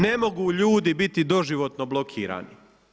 Ne mogu ljudi biti doživotno blokirani.